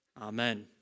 Amen